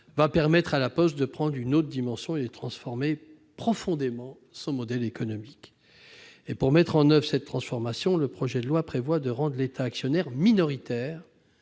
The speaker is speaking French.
permettra au groupe de prendre une autre dimension et de transformer profondément son modèle économique. Pour mettre en oeuvre une telle transformation, le projet de loi prévoit de rendre l'État actionnaire minoritaire